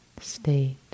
state